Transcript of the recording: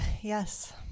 yes